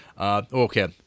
Okay